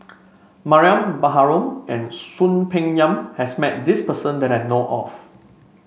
Mariam Baharom and Soon Peng Yam has met this person that I know of